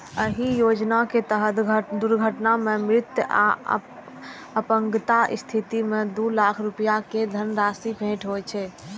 एहि योजनाक तहत दुर्घटना मे मृत्यु आ अपंगताक स्थिति मे दू लाख रुपैया के धनराशि भेटै छै